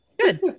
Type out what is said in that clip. good